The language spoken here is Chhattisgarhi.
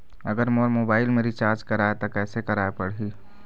अगर मोर मोबाइल मे रिचार्ज कराए त कैसे कराए पड़ही?